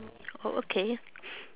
oh okay